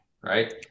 Right